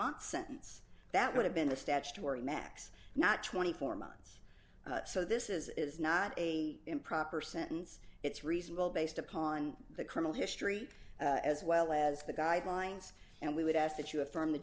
month sentence that would have been a statutory max not twenty four months so this is not a improper sentence it's reasonable based upon the criminal history as well as the guidelines and we would ask that you affirm the